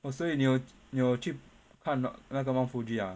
oh 所以你有你有去看那个 mount fuji ah